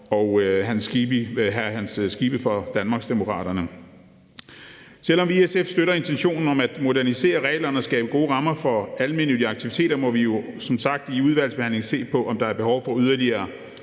Kristian Skibby fra Danmarksdemokraterne. Selv om vi i SF støtter intentionen om at modernisere reglerne og skabe gode rammer for almennyttige aktiviteter, må vi jo som sagt i udvalgsbehandlingen se på, om der er behov for yderligere